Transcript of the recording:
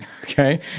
Okay